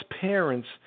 parents